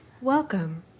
Welcome